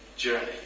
Journey